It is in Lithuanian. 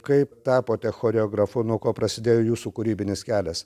kaip tapote choreografu nuo ko prasidėjo jūsų kūrybinis kelias